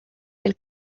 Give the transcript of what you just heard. del